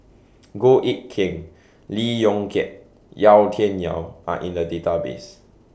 Goh Eck Kheng Lee Yong Kiat Yau Tian Yau Are in The Database